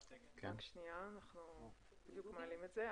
אנחנו בדיוק מעלים את זה.